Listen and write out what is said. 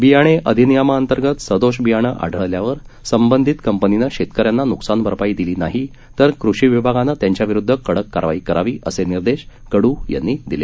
बियाणे अधिनियमाअंतर्गत सदोष बियाणे आढळल्यावर संबंधित कंपनीनं शेतक यांना नुकसानभरपाई दिली नाही तर कृषी विभागाने त्यांच्याविरुद्ध कडक कारवाई करावी असे निर्देश कडू यांनी दिले